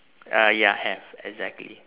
uh ya have exactly